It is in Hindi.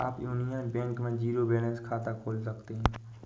आप यूनियन बैंक में जीरो बैलेंस खाता खोल सकते हैं